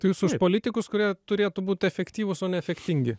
tai jūs už politikus kurie turėtų būt efektyvūs o ne efektingi